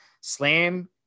slam